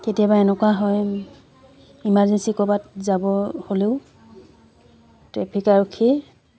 কেতিয়াবা এনেকুৱা হয় ইমাৰ্জেঞ্চি ক'ৰবাত যাব হ'লেও ট্ৰেফিক আৰক্ষী